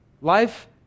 Life